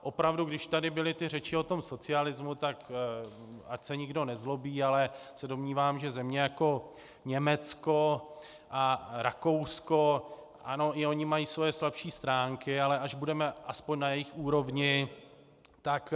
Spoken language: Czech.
Opravdu, když tady byly ty řeči o tom socialismu, tak ať se nikdo nezlobí, domnívám se, že země jako Německo a Rakousko, ano, i ony mají své slabší stránky, ale až budeme aspoň na jejich úrovni, tak...